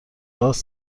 راس